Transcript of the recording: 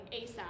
ASAP